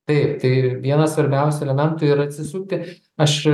taip tai vienas svarbiausių elementų ir atsisukti aš